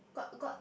got got